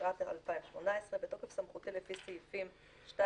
התשע"ח-2018 בתוקף סמכותי לפי סעיפים 2,